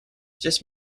just